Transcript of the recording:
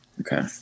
okay